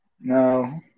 No